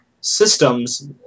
systems